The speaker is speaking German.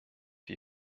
wir